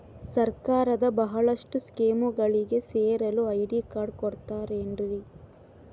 ಸರ್ಕಾರದ ಬಹಳಷ್ಟು ಸ್ಕೇಮುಗಳಿಗೆ ಸೇರಲು ಐ.ಡಿ ಕಾರ್ಡ್ ಕೊಡುತ್ತಾರೇನ್ರಿ?